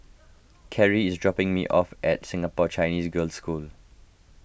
Carie is dropping me off at Singapore Chinese Girls' School